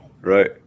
Right